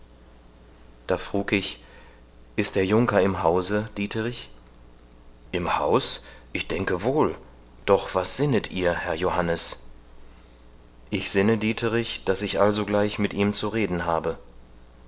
da frug ich ist der junker im hause dieterich im haus ich denke wohl doch was sinnet ihr herr johannes ich sinne dieterich daß ich allsogleich mit ihm zu reden habe